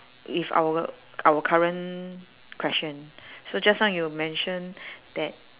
with our our current question so just now you mention that